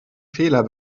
fehler